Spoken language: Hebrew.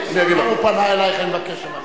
הוא פנה אלייך, בבקשה.